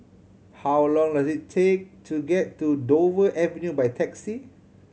how long does it take to get to Dover Avenue by taxi